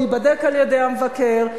עוד ייבדק על-ידי המבקר,